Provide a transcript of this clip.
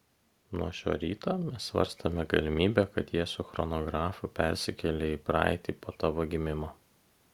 nuo šio ryto mes svarstome galimybę kad jie su chronografu persikėlė į praeitį po tavo gimimo